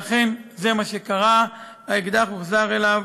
ואכן, זה מה שקרה, האקדח הוחזר אליו